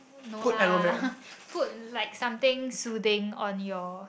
no lah put like something soothing on your